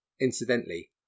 Incidentally